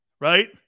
Right